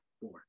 four